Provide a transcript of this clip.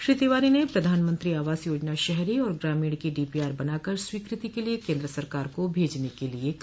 श्री तिवारी ने प्रधानमंत्री आवास योजना शहरी और ग्रामीण की डीपीआर बनाकर स्वीकृति के लिये केन्द्र सरकार को भेजने के लिये कहा